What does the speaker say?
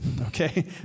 Okay